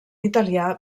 italià